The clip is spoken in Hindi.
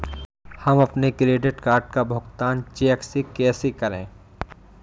हम अपने क्रेडिट कार्ड का भुगतान चेक से कैसे करें?